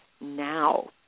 now